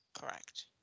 Correct